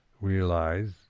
realize